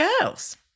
girls